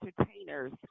entertainers